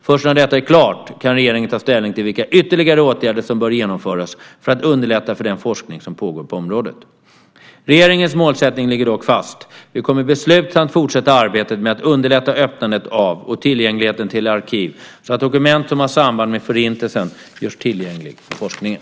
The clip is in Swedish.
Först när detta är klart kan regeringen ta ställning till vilka ytterligare åtgärder som bör genomföras för att underlätta för den forskning som pågår på området. Regeringens målsättning ligger dock fast. Vi kommer beslutsamt att fortsätta arbetet med att underlätta öppnandet av och tillgängligheten till arkiv så att dokument som har samband med Förintelsen görs tillgängliga för forskningen.